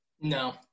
No